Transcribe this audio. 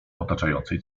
otaczającej